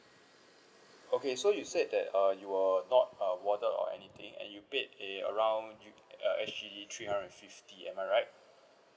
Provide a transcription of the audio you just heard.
okay so you said that uh you were not uh warded or anything and you paid eh around U~ uh S_G_D three hundred and fifty am I right